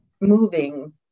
moving